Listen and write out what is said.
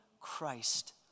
Christ